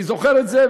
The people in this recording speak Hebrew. אני זוכר את זה.